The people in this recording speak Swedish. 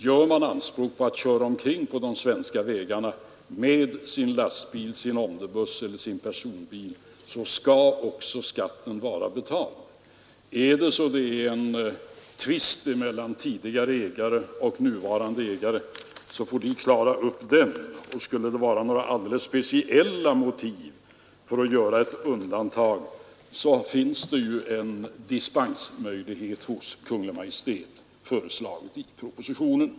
Gör man anspråk på att köra omkring på de svenska vägarna med sin lastbil, sin omnibus eller sin personbil skall också skatten vara betald. Föreligger en tvist mellan tidigare och nuvarande ägare, får de klara upp den, och skulle det vara alldeles speciella motiv för att göra ett undantag, så föreslås i propositionen att man skall kunna ansöka om dispens hos Kungl. Maj:t.